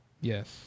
Yes